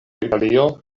italio